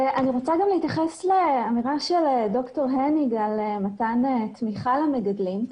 אני רוצה גם להתייחס לאמירה של ד"ר הניג על מתן תמיכה למגדלים.